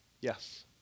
Yes